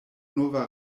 nova